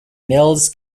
mills